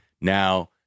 Now